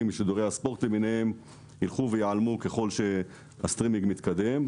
משידורי הספורט למיניהם ייעלם ככל שהסטרימינג מתקדם.